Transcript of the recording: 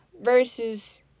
versus